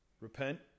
Repent